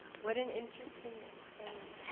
what an interesting exchange.